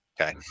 Okay